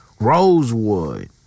Rosewood